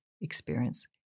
experience